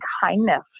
kindness